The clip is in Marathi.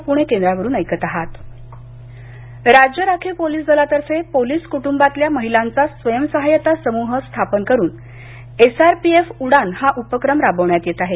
उडान राज्य राखीव पोलीस दलातर्फे पोलीस कुटुंबातल्या महिलांचा स्वयंसहायता समूह स्थापन करून एसआरपीएफ उडान हा उपक्रम राबवण्यात येत आहे